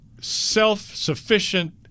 self-sufficient